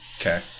Okay